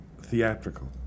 theatrical